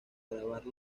grabar